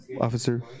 officer